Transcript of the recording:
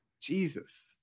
Jesus